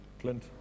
Clint